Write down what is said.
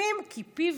משקפים כי פיו